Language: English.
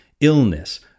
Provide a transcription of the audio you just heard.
illness